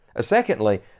Secondly